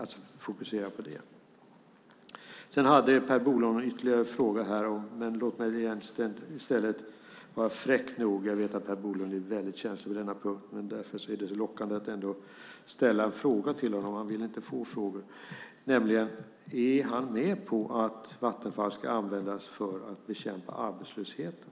Per Bolund hade ytterligare frågor. Jag tänker dock vara fräck och ställa en fråga till honom. Jag vet att Per Bolund är känslig på denna punkt och inte vill få frågor, men just därför är det så lockande. Är Per Bolund med på att Vattenfall ska användas för att bekämpa arbetslösheten?